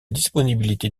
disponibilité